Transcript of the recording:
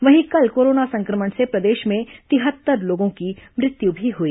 वहीं कल कोरोना संक्रमण से प्रदेश में तिहत्तर लोगों की मृत्यु भी हुई